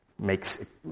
makes